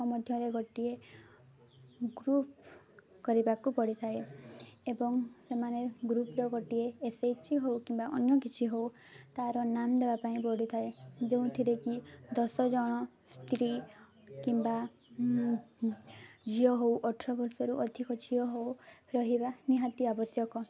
ମଧ୍ୟରେ ଗୋଟିଏ ଗ୍ରୁପ୍ କରିବାକୁ ପଡ଼ିଥାଏ ଏବଂ ସେମାନେ ଗ୍ରୁପ୍ରେ ଗୋଟିଏ ଏସ୍ ଏଚ୍ ଜି ହଉ କିମ୍ବା ଅନ୍ୟ କିଛି ହେଉ ତା'ର ନାମ ଦେବା ପାଇଁ ପଡ଼ିଥାଏ ଯେଉଁଥିରେ କି ଦଶଜଣ ସ୍ତ୍ରୀ କିମ୍ବା ଝିଅ ହେଉ ଅଠର ବର୍ଷରୁ ଅଧିକ ଝିଅ ହେଉ ରହିବା ନିହାତି ଆବଶ୍ୟକ